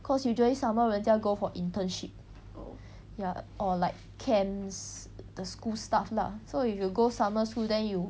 cause usually summer 人家 go for internship ya or like camps the school stuff lah so if you go summer school then you